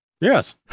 Yes